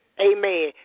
Amen